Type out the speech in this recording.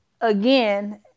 again